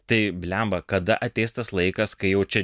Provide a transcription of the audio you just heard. tai bliamba kada ateis tas laikas kai jau čia